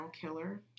killer